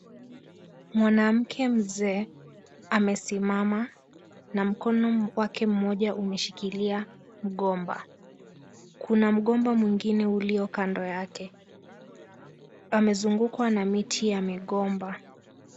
Mwanamke mzee amesimama na mkono wake moja umeshikilia mgomba, kuna mgomba mwingine uliyo kando yake, amezungukwa na miti ya migomba.